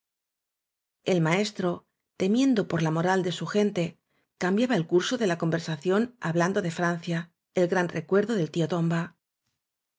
el maestro temiendo por la moral de su gente cambiaba el curso de la conversación hablando de francia el gran recuerdo del tío tomba